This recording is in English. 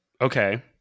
Okay